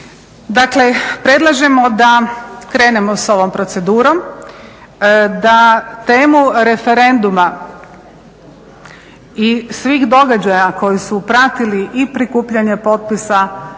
Dakle predlažemo da krenemo s ovom procedurom, da temu referenduma i svih događaja koji su pratili i prikupljanje potpisa